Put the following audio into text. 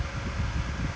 copyright like that